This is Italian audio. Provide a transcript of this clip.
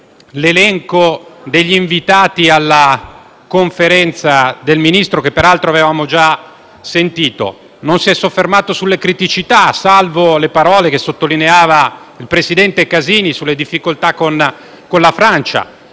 l'elenco degli invitati alla Conferenza del Ministro, che peraltro avevamo già sentito: non si è soffermato sulle criticità - salvo le parole che sottolineava il presidente Casini - e sulle difficoltà con la Francia.